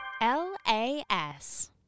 L-A-S